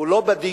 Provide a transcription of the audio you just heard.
הוא לא בדיון,